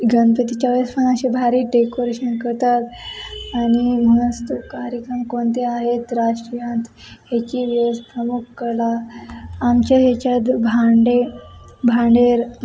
गणपतीच्यावेळेस पण असे भारी डेकोरेशन करतात आणि मग असतो कार्यक्रम कोणते आहेत राष्ट्रीयात ह्याची वेळ प्रमुख कला आमच्या ह्याच्यात भांडे भांडेर